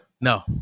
No